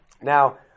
Now